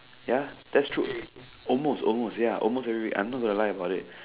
ya that's true almost almost ya almost already I'm not going to lie about it